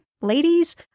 ladies